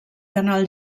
canal